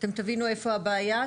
ותוכלו להבין איפה הבעיה.